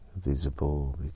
visible